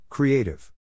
Creative